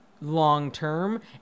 long-term